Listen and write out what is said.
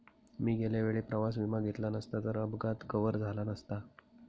मी गेल्या वेळी प्रवास विमा घेतला नसता तर अपघात कव्हर झाला नसता